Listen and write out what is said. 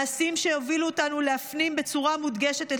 מעשים שיובילו אותנו להפנים בצורה מודגשת את